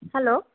hello